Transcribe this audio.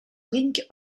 rink